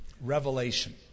Revelation